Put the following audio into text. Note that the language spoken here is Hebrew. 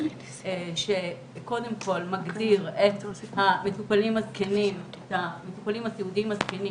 שקודם כל מגדיר את המטופלים הסיעודיים הזקנים